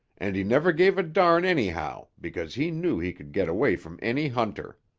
and he never gave a darn anyhow because he knew he could get away from any hunter.